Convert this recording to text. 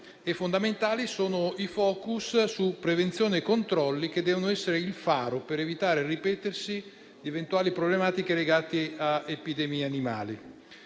e fondamentali sono i *focus* su prevenzione e controlli, che devono essere il faro per evitare il ripetersi di eventuali problematiche legate a epidemie animali.